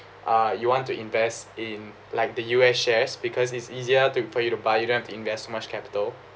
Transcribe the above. uh you want to invest in like the U_S shares because it's easier to for you to buy them to invest so much capital